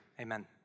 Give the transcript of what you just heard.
amen